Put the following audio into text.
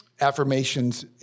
affirmations